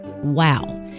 Wow